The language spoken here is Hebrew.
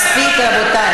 מספיק, רבותי.